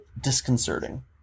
disconcerting